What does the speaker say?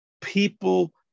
people